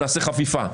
נעשה חפיפה.